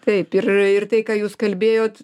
taip ir ir tai ką jūs kalbėjot